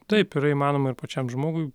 taip yra įmanoma ir pačiam žmogui